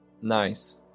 Nice